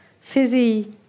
fizzy